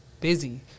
busy